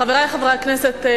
חברי חברי הכנסת,